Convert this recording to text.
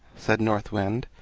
said north wind.